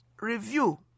review